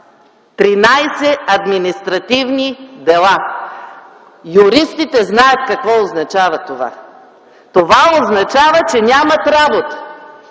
административни дела! Юристите знаят какво означава това. Това означава, че нямат работа.